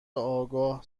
آگاه